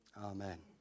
Amen